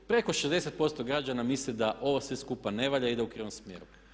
Preko 60% građana misli da ovo sve skupa ne valja i ide u krivom smjeru.